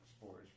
sports